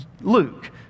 Luke